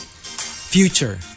future